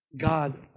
God